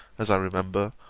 as i remember,